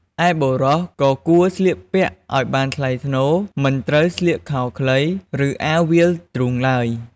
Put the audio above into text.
ឯបុរសក៏គួរស្លៀកពាក់ឲ្យបានថ្លៃថ្នូរ មិនត្រូវស្លៀកខោខ្លី ឬអាវវាលទ្រូងឡើយ។